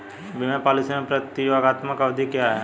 बीमा पॉलिसी में प्रतियोगात्मक अवधि क्या है?